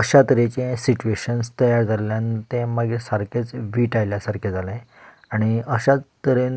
अशा तरेचें सिटवेशन्स तयार जाल्ल्यान तें मागीर सारकेंच विट आयल्ल्या सारकें जालें आनी अशाच तरेन